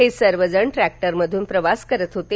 हे सर्व जण ट्रॅक्टर मधून प्रवास करत होते